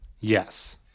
Yes